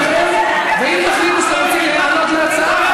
ואם תחליטו שאתם רוצים להיענות להצעה,